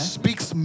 speaks